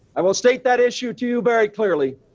i will state that issue to you very clearly.